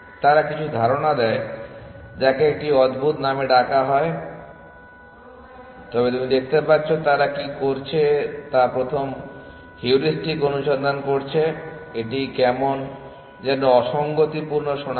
তারা কিছু ধারণা দেয় যাকে একটি অদ্ভুত নামে ডাকা হয়ে থাকে তবে তুমি দেখতে পাচ্ছ তারা কী করছে তা প্রথম হিউরিস্টিক অনুসন্ধান করছে এটি কেমন যেনো অসঙ্গতিপূর্ণ শোনাচ্ছে